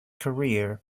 career